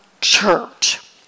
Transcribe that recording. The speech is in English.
church